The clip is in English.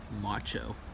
Macho